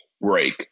break